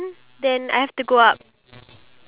ya mini